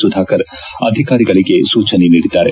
ಸುಧಾಕರ್ ಅಧಿಕಾರಿಗಳಿಗೆ ಸೂಚನೆ ನೀಡಿದ್ದಾರೆ